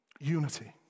unity